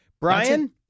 Brian